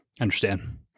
Understand